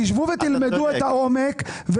תשבו ותלמדו את העומק,